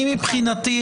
מבחינתי,